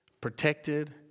protected